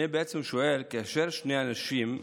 אני בעצם שואל, כאשר שני אנשים,